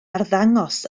arddangos